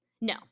No